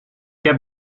heb